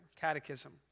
Catechism